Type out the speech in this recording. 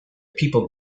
people